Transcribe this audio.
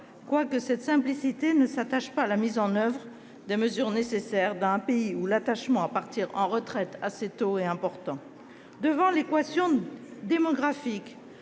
quoique cette simplicité ne s'attache pas à la mise en oeuvre des mesures nécessaires, dans un pays où l'attachement à partir à la retraite assez tôt est important. Devant l'équation démographique